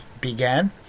began